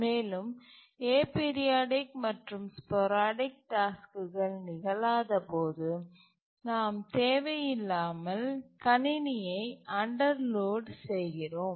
மேலும் ஏபிரியாடிக் மற்றும் ஸ்போரடிக் டாஸ்க்குகள் நிகழாதபோது நாம் தேவையில்லாமல் கணினியை அண்டர் லோட் செய்கிறோம்